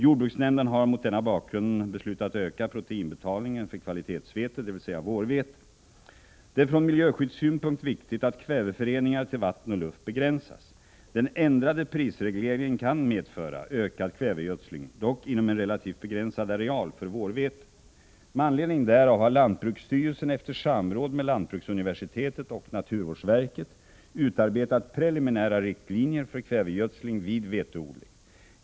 Jordbruksnämnden har mot denna bakgrund beslutat öka proteinbetalningen för kvalitetsvete, dvs. vårvete. Det är från miljöskyddssynpunkt viktigt att kväveföreningar till vatten och luft begränsas. Den ändrade prisregleringen kan medföra ökad kvävegödsling, dock inom en relativt begränsad areal för vårvete. Med anledning därav har lantbruksstyrelsen efter samråd med lantbruksuniversitetet och naturvårdsverket utarbetat preliminära riktlinjer för kvävegödsling vid veteodling.